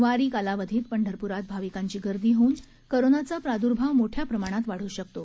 वारी कालावधीत पंढरप्रात भाविकांची गर्दी होऊन कोरोनाचा प्रादूर्भाव मोठ्या प्रमाणात वाढू शकतो